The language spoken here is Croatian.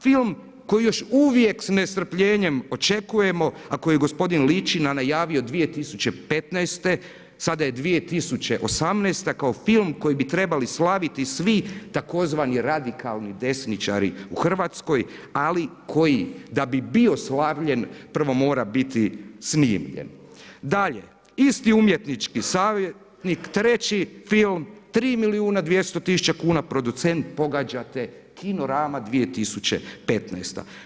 Film koji još uvijek s nestrpljenjem očekujemo, a koji je gospodin Ličina najavio 2015. sada je 2018. kao film koji bi trebali slaviti svi tzv. radikalni desničari u Hrvatskoj, ali koji, da bi bio slavljen, prvo mora biti … Dalje isti umjetnički savjetnik, 3 film, 3 milijuna 200 tisuća kuna producent, pogađate Kinorama 2015.